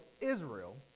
Israel